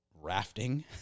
rafting